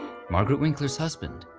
margaret winkler's husband.